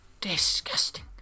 Disgusting